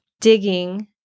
digging